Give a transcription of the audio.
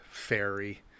fairy